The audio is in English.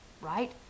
right